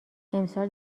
امسال